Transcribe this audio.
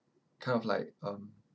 kind of like um